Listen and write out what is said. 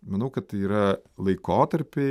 manau kad yra laikotarpiai